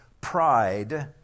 pride